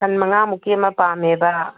ꯁꯟ ꯃꯉꯥ ꯃꯨꯛꯀꯤ ꯑꯃ ꯄꯥꯝꯃꯦꯕ